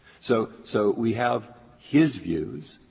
so so we have his views